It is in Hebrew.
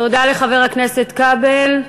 תודה לחבר הכנסת כבל.